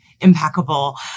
impeccable